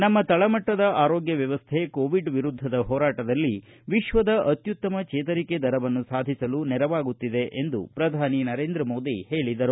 ನಮ್ಮ ತಳಮಟ್ಟದ ಆರೋಗ್ಯ ವ್ಯವಸ್ಥೆ ಕೋವಿಡ್ ವಿರುದ್ದದ ಹೋರಾಟದಲ್ಲಿ ವಿಶ್ವದ ಅತ್ಯುತ್ತಮ ಚೇತರಿಕೆ ದರವನ್ನು ಸಾಧಿಸಲು ನೆರವಾಗುತ್ತಿದೆ ಎಂದು ಪ್ರಧಾನಿ ಹೇಳಿದರು